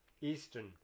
Eastern